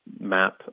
map